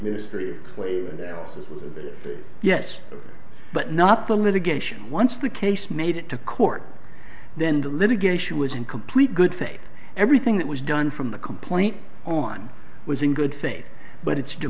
was yes but not the litigation once the case made it to court then the litigation was in complete good faith everything that was done from the complaint on was in good faith but it's